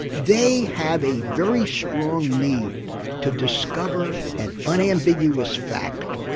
they had a very strong need to discover an unambiguous fact,